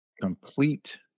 complete